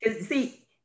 See